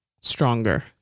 stronger